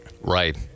Right